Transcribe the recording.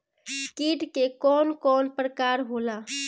कीट के कवन कवन प्रकार होला?